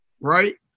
right